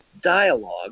dialogue